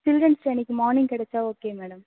children's day அன்னைக்கு morning கெடைச்சா okay madam